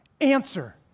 answer